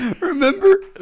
remember